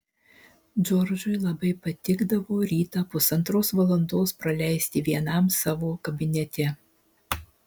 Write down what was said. džordžui labai patikdavo rytą pusantros valandos praleisti vienam savo kabinete